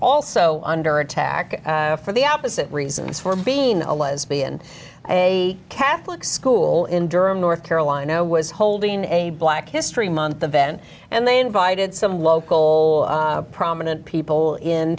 also under attack for the opposite reasons for being a lesbian a catholic school in durham north carolina was holding a black history month a vent and they invited some local prominent people in